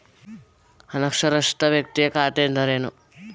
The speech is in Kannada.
ಅನಕ್ಷರಸ್ಥ ವ್ಯಕ್ತಿಯ ಖಾತೆ ಎಂದರೇನು?